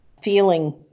feeling